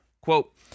Quote